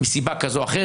מסיבה כזאת או אחרת,